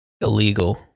Illegal